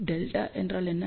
δ என்றால் என்ன